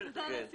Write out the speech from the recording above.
תודה על הסיכום.